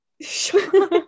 Sure